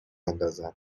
اندازد